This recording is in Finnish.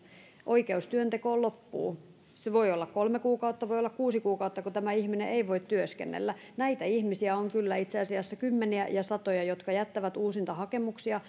oikeus työntekoon loppuu se voi olla kolme kuukautta voi olla kuusi kuukautta jolloin tämä ihminen ei voi työskennellä näitä ihmisiä on kyllä itse asiassa kymmeniä ja satoja jotka jättävät uusintahakemuksia